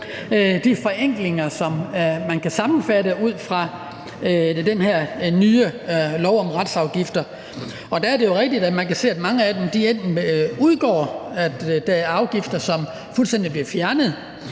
de forenklinger, som man kan sammenfatte ud fra den her nye lov om retsafgifter. Der er det jo rigtigt, at man kan se, at mange retsafgifter udgår, altså bliver fuldstændig fjernet.